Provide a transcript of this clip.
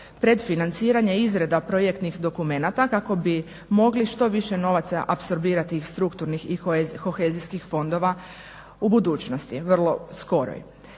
predfinanciranje izrada projektnih dokumenata kako bi mogli što više novaca apsorbirati iz strukturnih i kohezijskih fondova u budućnosti vrlo skoroj.